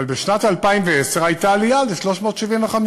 אבל בשנת 2010 הייתה עלייה ל-375.